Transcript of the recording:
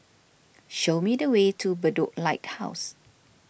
show me the way to Bedok Lighthouse